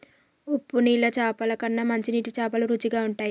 ఉప్పు నీళ్ల చాపల కన్నా మంచి నీటి చాపలు రుచిగ ఉంటయ్